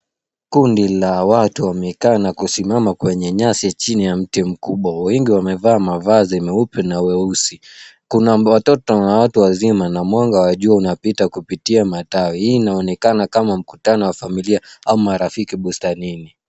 Kundi la watu wamekaa na kusimama kwenye nyasi chini ya mti mkubwa. Wengi wamevaa mavazi meupe na weusi. Kuna watoto na watu wazima na mwanga wa jua unapita kupitia matawi. Hii inaonekana kama mkutano wa familia ama rafiki bustanini.